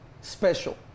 special